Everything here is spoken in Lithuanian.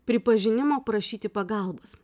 pripažinimo prašyti pagalbos